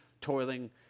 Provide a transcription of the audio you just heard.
toiling